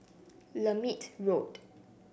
Lermit Road